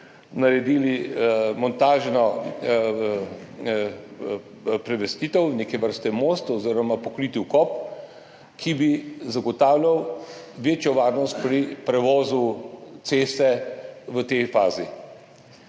naredili montažno premestitev, neke vrste most oziroma pokriti vkop, ki bi zagotavljal večjo varnost pri prevozu ceste v tej fazi.